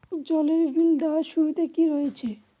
জলের বিল দেওয়ার সুবিধা কি রয়েছে?